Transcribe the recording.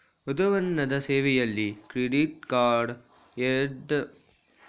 ಉತ್ಪನ್ನದ ಸೇವೆಯಲ್ಲಿ ಕ್ರೆಡಿಟ್ಕಾರ್ಡ್ ವಿರುದ್ಧ ನಗದುಬಳಸುವ ಜನ್ರುಹೆಚ್ಚು ಖರ್ಚು ಮಾಡಿಸಾಲಕ್ಕೆ ಸಿಲುಕುವ ಸಾಧ್ಯತೆ ಹೆಚ್ಚು